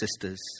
sisters